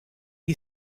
you